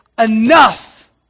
enough